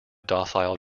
docile